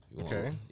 Okay